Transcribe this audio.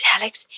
Alex